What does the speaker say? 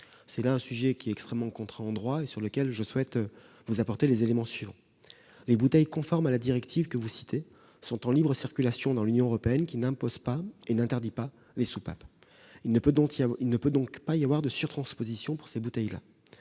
Le sujet est extrêmement contraint en droit. Je souhaite vous apporter quelques éléments. Les bouteilles conformes à la directive que vous mentionnez sont en libre circulation dans l'Union européenne, qui n'impose ni n'interdit pas les soupapes. Il ne peut donc pas y avoir de surtransposition pour ces bouteilles.